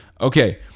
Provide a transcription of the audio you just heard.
Okay